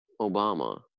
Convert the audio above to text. Obama